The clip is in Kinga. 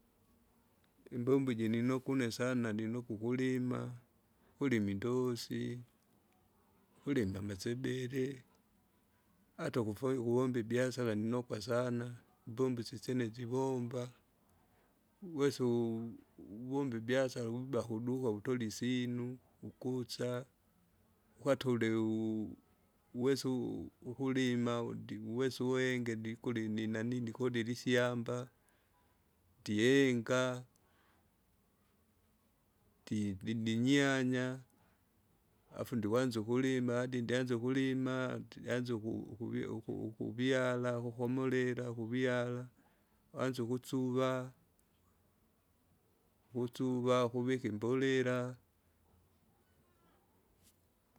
Imbombo iji ndinokwa une sana ndinokwa ukulima, kulima indosi, kulima amasebele, ata ukufo ukuvomba ibiasara ndinokwa sana, imbombo sosyene jivomba, wesa u- uvombe ibiasara uwiba kuduka utole isinu, ukutsa. Ukatole u- uwesa u- ukulima undi uwese uwese uwenge ndikuli ninanii nikodile isyamba, ndihenga, ndi- ndindinyanya, afu ndikwanza ukulima adi ndianzie ukulima, ndianze uku- ukuvie- uku- ukuvyala kukomolela kuviala, uanze ukusuva. Vusuva kuvika imbolela.